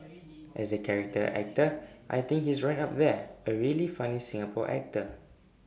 as A character actor I think he's right up there A really funny Singapore actor